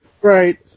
Right